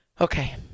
Okay